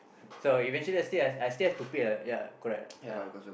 so eventually I still I still have to pay lah ya correct ya